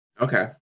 Okay